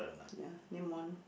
ya name one